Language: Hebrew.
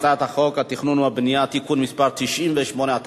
הצעת חוק התכנון והבנייה (תיקון מס' 98),